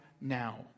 now